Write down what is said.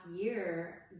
year